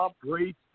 great